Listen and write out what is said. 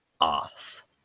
off